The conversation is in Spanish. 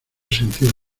sentido